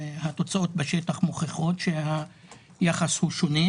התוצאות בשטח מוכיחות שהיחס הוא שונה,